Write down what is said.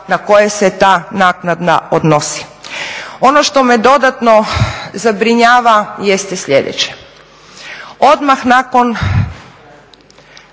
na koje se ta naknada odnosi. Ono što me dodatno zabrinjava jeste sljedeće. Odmah nakon